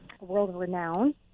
world-renowned